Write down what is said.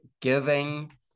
giving